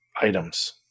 items